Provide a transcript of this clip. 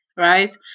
right